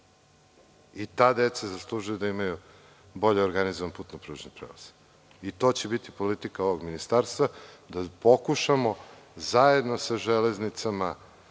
i ta deca zaslužuju da imaju bolje organizovan putno-pružni prelaz i to će biti politika ovog ministarstva, da pokušamo zajedno sa „Železnicama“